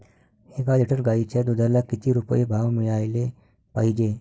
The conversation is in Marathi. एक लिटर गाईच्या दुधाला किती रुपये भाव मिळायले पाहिजे?